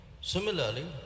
Similarly